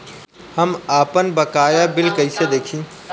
हम आपनबकाया बिल कइसे देखि?